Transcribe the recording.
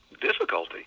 difficulty